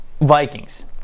Vikings